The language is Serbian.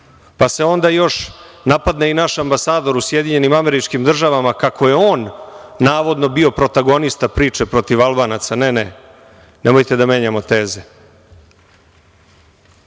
Pa se onda još napadne i naš ambasador u Sjedinjenim Američkim Državama kako je on, navodno, bio protagonista priče protiv Albanaca. Ne, ne, nemojte da menjamo teze. Malo